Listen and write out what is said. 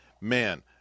man